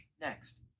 Next